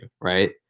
right